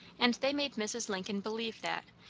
and they made mrs. lincoln believe that,